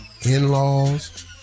in-laws